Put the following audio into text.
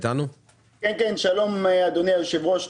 שלום אדוני היושב ראש,